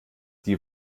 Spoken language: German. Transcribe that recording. die